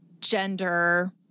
gender